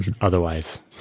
otherwise